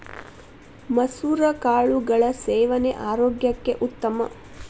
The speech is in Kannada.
ಮಸುರ ಕಾಳುಗಳ ಸೇವನೆ ಆರೋಗ್ಯಕ್ಕೆ ಉತ್ತಮ